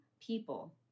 people